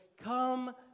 Come